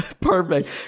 Perfect